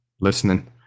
listening